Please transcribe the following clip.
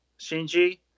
Shinji